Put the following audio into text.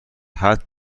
حتی